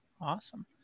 awesome